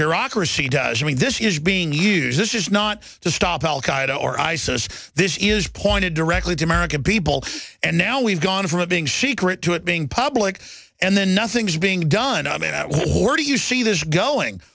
bureaucracy does i mean this is being used this is not to stop al qaeda or isis this is pointed directly to american people and now we've gone from being she crit to it being public and then nothing's being done i mean what do you see this going